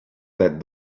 that